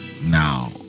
now